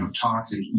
toxic